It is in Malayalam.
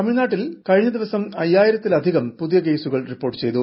തമിഴ്നാട്ടിൽ കഴിഞ്ഞ ദിവസം അയ്യായിരത്തിലധികം പുതിയ കേസുകൾ റിപ്പോർട്ട് ചെയ്തു